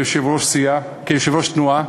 כיושב-ראש תנועה,